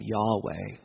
Yahweh